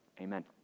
Amen